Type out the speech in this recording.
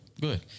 Good